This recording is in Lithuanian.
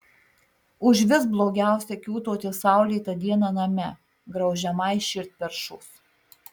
užvis blogiausia kiūtoti saulėtą dieną name graužiamai širdperšos